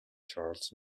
charles